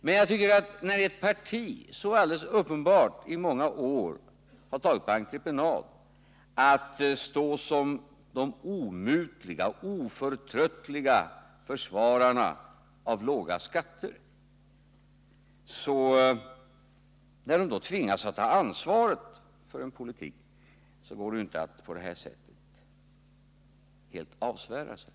Men jag tycker inte att ett parti som så uppenbart och i så många år har tagit på entreprenad att framstå som en omutlig och oförtröttlig försvarare av låga skatter, på detta sätt helt kan avsvära sig ansvaret när det kommer i regeringsställning.